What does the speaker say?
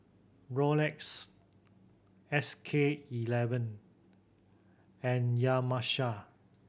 Rolex S K Eleven and Yamaha